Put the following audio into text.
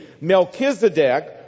Melchizedek